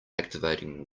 activating